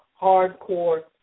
hardcore